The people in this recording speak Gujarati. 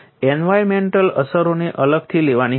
એન્વાયરનમેન્ટલ અસરોને અલગથી લેવાની હતી